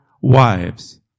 wives